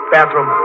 Bathroom